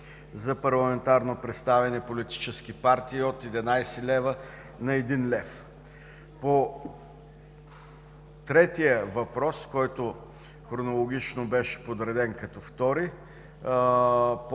за парламентарно представени политически партии от 11 лв. на един лев. По третия въпрос, който хронологично беше подреден като втори, по